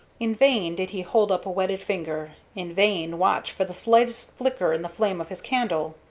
in vain did he hold up a wetted finger, in vain watch for the slightest flicker in the flame of his candle.